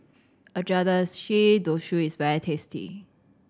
Agedashi Dofu is very tasty